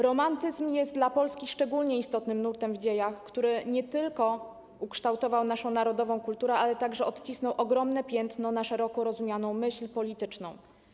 Romantyzm jest dla Polski szczególnie istotnym nurtem w dziejach, który nie tylko ukształtował naszą narodową kulturę, ale także wycisnął ogromne piętno na szeroko rozumianej myśli politycznej.